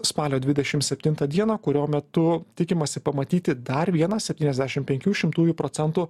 spalio dvidešim septintą dieną kurio metu tikimasi pamatyti dar vieną septyniasdešim penkių šimtųjų procentų